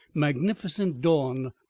magnificent dawn,